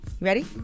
ready